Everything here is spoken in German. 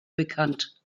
bekannt